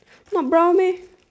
not brown meh